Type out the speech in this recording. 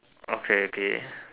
okay okay